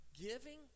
Giving